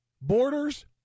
Borders